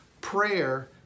Prayer